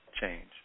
change